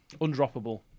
Undroppable